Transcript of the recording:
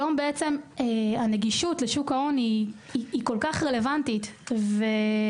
הנגישות לשוק ההון היא כל-כך רלוונטית כיום,